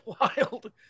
wild